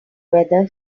weather